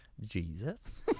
Jesus